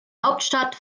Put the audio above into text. hauptstadt